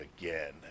again